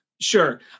Sure